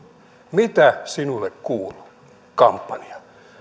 mitä sinulle kuuluu kampanjan